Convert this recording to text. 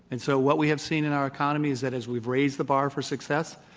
and so what we have seen in our economy is that as we've raised the bar for success,